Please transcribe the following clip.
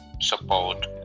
support